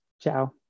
Ciao